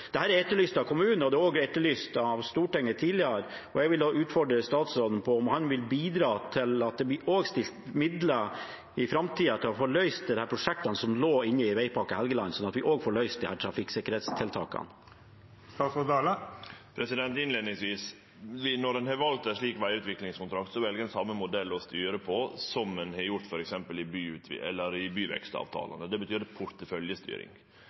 er etterlyst av kommunen, og det er også etterlyst av Stortinget tidligere. Jeg vil utfordre statsråden på om han vil bidra til at det også blir stilt midler i framtiden til å få løst prosjektene som lå inne i Veipakke Helgeland, sånn at vi også får løst disse sikkerhetstiltakene. Først: Når ein har valt ein slik vegutviklingskontrakt, har ein valt same modell å styre etter som ein har gjort i f.eks. byvekstavtalane, det betyr porteføljestyring. Det betyr